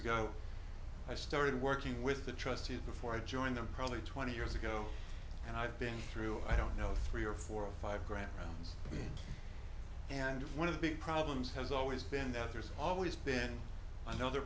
ago i started working with the trustees before i joined them probably twenty years ago and i've been through i don't know three or four or five grand rounds and one of the big problems has always been that there's always been another